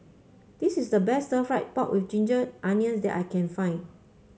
this is the best Stir Fried Pork with Ginger Onions that I can find